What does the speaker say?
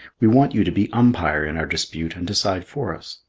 we want you to be umpire in our dispute and decide for us.